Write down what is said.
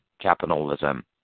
capitalism